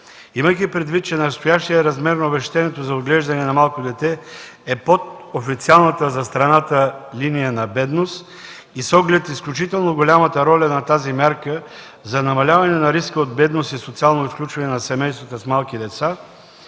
Имайки предвид, че настоящият размер на обезщетението за отглеждане на малко дете е под официалната за страната линия на бедност и с оглед изключително голямата роля на тази мярка за намаляване на риска от бедност и социално изключване на семействата с малки деца